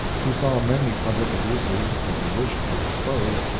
he saw many public abuses that he wished to expose,